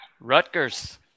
Rutgers